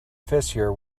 fissure